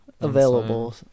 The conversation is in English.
available